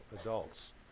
adults